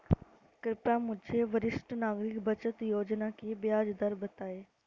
कृपया मुझे वरिष्ठ नागरिक बचत योजना की ब्याज दर बताएं